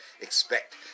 expect